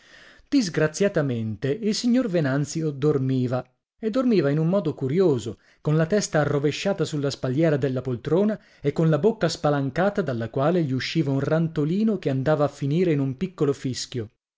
divertire disgraziatamente il signor venanzio dormiva e dormiva in un modo curioso con la testa arrovesciata sulla spalliera della poltrona e con la bocca spalancata dalla quale gli usciva un rantolino che andava a finire in un piccolo fischio